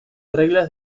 reglas